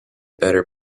better